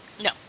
No